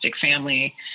family